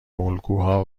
الگوها